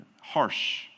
harsh